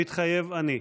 "מתחייב אני".